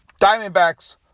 Diamondbacks